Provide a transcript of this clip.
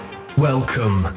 Welcome